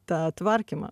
tą tvarkymą